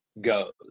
goes